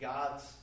God's